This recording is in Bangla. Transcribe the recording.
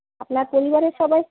আপনার পরিবারের সবাই